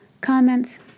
comments